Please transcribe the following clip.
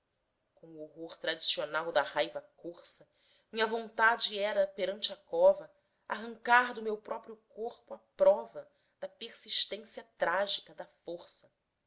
com o horror tradicional da raiva corsa minha vontade era perante a cova arrancar do meu próprio corpo a prova da persistência trágica da força